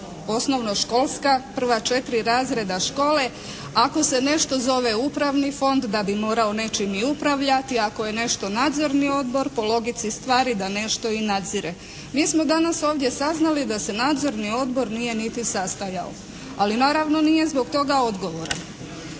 osnovnoškolska prva četiri razreda škole, ako se nešto zove upravni fond da bi morao nečim i upravljati, ako je nešto nadzorni po logici stvari da nešto i nadzire. Mi smo danas ovdje saznali da se nadzorni odbor nije niti sastajalo, ali naravno nije zbog toga odgovoran.